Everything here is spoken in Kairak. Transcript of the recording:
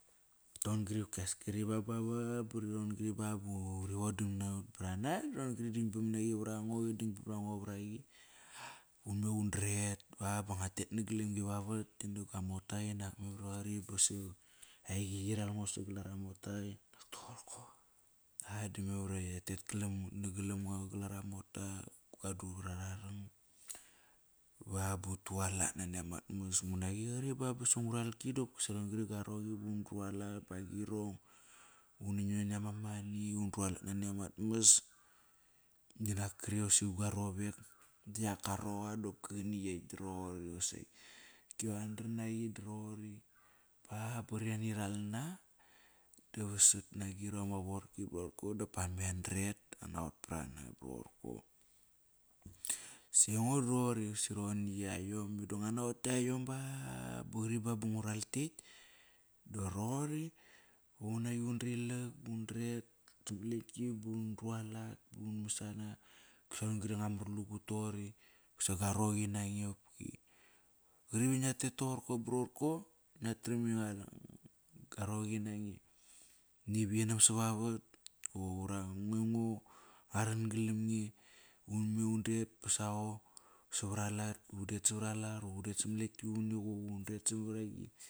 ron-gri danbam naqi varango, danbam nango varaqi unme undret ba, ba nguat tet nagalam gi vavat kti na gua mota. Aiqi qiral ngo sagal ara mota inak toqorko yater nagalam ngo gal ara mota gua dur vara rarang Ba, ba utualat nani amat mas. Nguna qi qari basa ngu ralki dopkisa ron-gri garoqi ba undrualat ba agirong. Uni nam nani ama mani, undrualat nani amat mas. Dinak kri qosi gua rovek diak goraqa dopki qani ekt da roqori qosaqi. Qopki va andran naqi do roqori Ba, ba qari ani ralna da vasat nagirong ma, vorki dap an me andret sirgo da roqori. Si roqor na yayom, meda nguat naqot. Kia yom ba, ba qori ngu ral kekt, da wa roqori. Nguna qi undrilak, undret samat lekti bun drualat, bun masana. Sa ron-gri nguamat lugut toqori. Sa go roqi naqi qopki. Qari ba ngia tet toqorko ba roqorko, ngia tram igo roqi nange. Ngi vinam savavat ngua ran galam nge, unme undet ba saqo savarat, udet savaralat ura udet samat lekti.